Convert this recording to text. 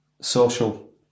social